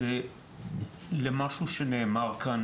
למשהו שנאמר כאן,